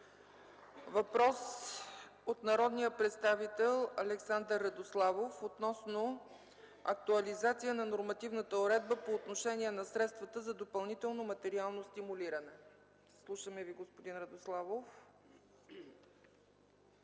Въпрос от народния представител Александър Радославов относно актуализация на нормативната уредба по отношение на средствата за допълнително материално стимулиране. Слушаме Ви, господин Радославов.